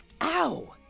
Ow